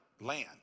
Land